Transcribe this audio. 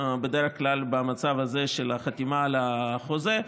בדרך כלל במצב הזה של החתימה על החוזה.